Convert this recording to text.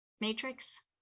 matrix